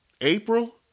April